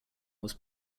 was